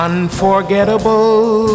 Unforgettable